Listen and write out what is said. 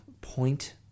point